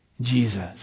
Jesus